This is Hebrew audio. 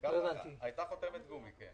כן, הייתה חותמת גומי.